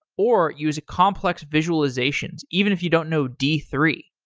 or use complex visualizations even if you don't know d three.